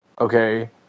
okay